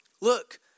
Look